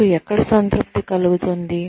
మనకు ఎక్కడ సంతృప్తి కలుగుతుంది